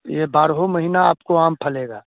ये बारहों महीना आपको आम फलेगा